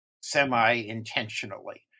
semi-intentionally